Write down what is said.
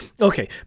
Okay